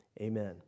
Amen